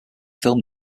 film